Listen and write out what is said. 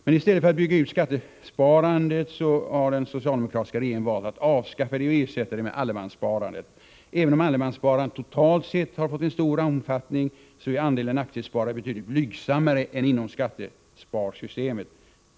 Men i stället för att bygga ut skattesparandet har den socialdemokratiska regeringen valt att avskaffa det och ersätta det med allemanssparandet. Även om allemanssparandet totalt sett har fått en stor omfattning, är andelen aktiesparare betydligt blygsammare än inom skattesparsystemet.